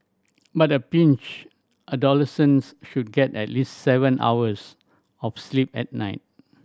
but a pinch adolescents should get at least seven hours of sleep at night